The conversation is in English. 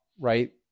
right